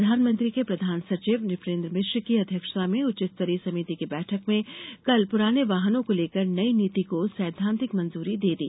प्रधानमंत्री के प्रधान सचिव नुपेन्द्र मिश्र की अध्यक्षता में उच्च स्तरीय समिति की बैठक में कल पुराने वाहनों को लेकर नई नीति को सैद्वांतिक मंजूरी दे दी